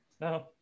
No